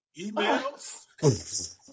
emails